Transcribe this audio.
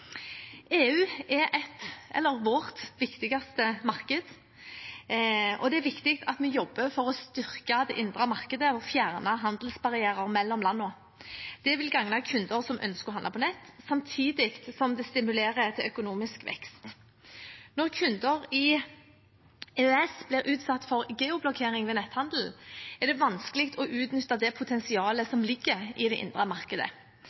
EU er vårt viktigste marked, og det er viktig at vi jobber for å styrke det indre markedet og fjerne handelsbarrierer mellom landene. Dette vil gagne kunder som ønsker å handle på nett, samtidig som det stimulerer til økonomisk vekst. Når kunder i EØS blir utsatt for geoblokkering ved netthandel, er det vanskelig å utnytte det potensialet som ligger i det indre markedet.